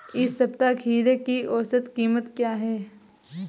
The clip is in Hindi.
इस सप्ताह खीरे की औसत कीमत क्या है?